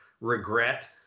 regret